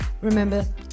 remember